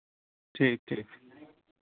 ठीक ठीक